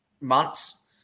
months